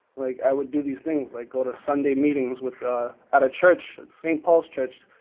like, i would do these things, like, go to sunday meetings with at a church, st. paul's church.